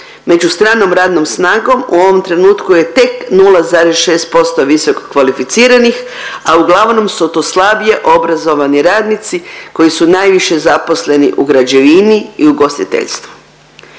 među stranom radnom snagom u ovom trenutku je tek 0,6% visokokvalificiranih, a uglavnom su to slabije obrazovani radnici koji su najviše zaposleni u građevini i u ugostiteljstvu.